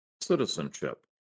citizenship